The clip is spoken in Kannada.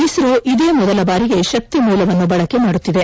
ಇಸ್ರೋದಿಂದ ಇದೇ ಮೊದಲ ಬಾರಿಗೆ ಶಕ್ತಿಮೂಲವನ್ನು ಬಳಕೆ ಮಾಡುತ್ತಿದೆ